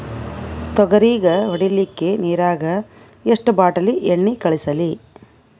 ತೊಗರಿಗ ಹೊಡಿಲಿಕ್ಕಿ ನಿರಾಗ ಎಷ್ಟ ಬಾಟಲಿ ಎಣ್ಣಿ ಕಳಸಲಿ?